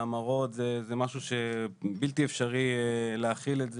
המראות - זה משהו שבלתי אפשרי להכיל את זה.